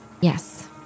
Yes